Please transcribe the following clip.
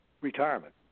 retirement